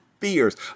fears